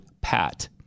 PAT